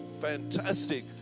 fantastic